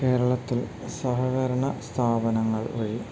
കേരളത്തിൽ സഹകരണ സ്ഥാപനങ്ങൾ വഴി